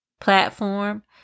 platform